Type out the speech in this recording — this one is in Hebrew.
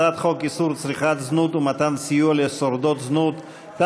הצעת חוק איסור צריכת זנות ומתן סיוע לשורדות זנות,